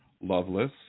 Loveless